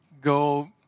Go